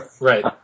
Right